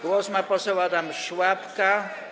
Głos ma poseł Adam Szłapka.